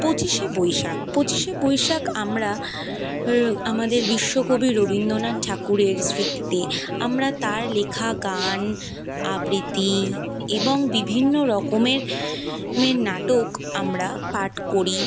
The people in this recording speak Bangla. পঁচিশে বৈশাখ পঁচিশে বৈশাখ আমরা আমাদের বিশ্বকবি রবীন্দ্রনাথ ঠাকুরের স্মৃতিতে আমরা তার লেখা গান আবৃত্তি এবং বিভিন্ন রকমের নাটক আমরা পাঠ করি